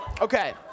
Okay